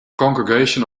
congregation